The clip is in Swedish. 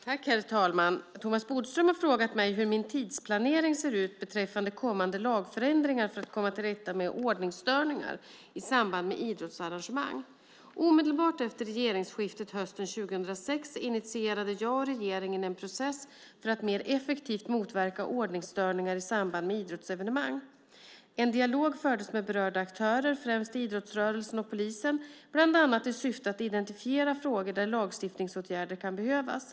Herr talman! Thomas Bodström har frågat mig hur min tidsplanering ser ut beträffande kommande lagförändringar för att komma till rätta med ordningsstörningar i samband med idrottsarrangemang. Omedelbart efter regeringsskiftet hösten 2006 initierade jag och regeringen en process för att mer effektivt motverka ordningsstörningar i samband med idrottsevenemang. En dialog fördes med berörda aktörer, främst idrottsrörelsen och polisen, bland annat i syfte att identifiera frågor där lagstiftningsåtgärder kan behövas.